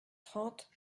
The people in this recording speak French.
trente